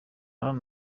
hano